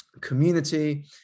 community